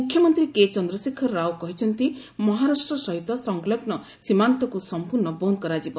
ମୁଖ୍ୟମନ୍ତ୍ରୀ କେ ଚନ୍ଦ୍ରଶେଖର ରାଓ କହିଛନ୍ତି ମହାରାଷ୍ଟ୍ର ସହିତ ସଂଲଗ୍ନସୀମାନ୍ତକୁ ସଂପୂର୍ଣ୍ଣ ବନ୍ଦ କରାଯିବ